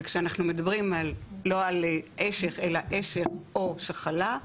וכשאנחנו מדברים לא על אשך, אלא אשך או שחלה,